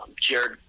Jared